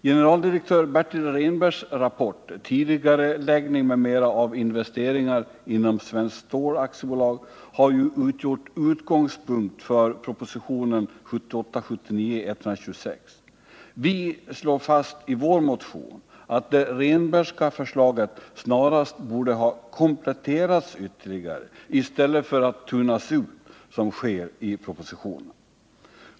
Generaldirektör Bertil Rehnbergs rapport, Tidigareläggning m.m. av investeringar inom Svenskt Stål AB, har ju utgjort utgångspunkt för propositionen 1978/79:126. Vi slår fast i vår motion att det Rehnbergska förslaget snarast borde ha kompletterats ytterligare i stället för att tunnas ut, såsom sker i propositionen.